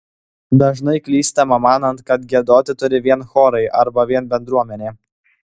dažnai klystama manant kad giedoti turi vien chorai arba vien bendruomenė